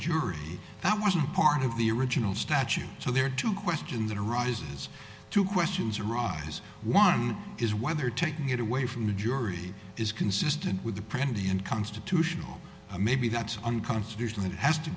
jury that wasn't part of the original statute so there are two question that arises two questions arise one is whether taking it away from the jury is consistent with a pretty and constitutional a maybe that's unconstitutional and has to